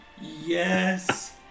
Yes